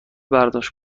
برداشت